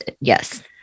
yes